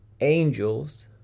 angels